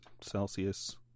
Celsius